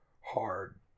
hard